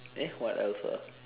eh what else ah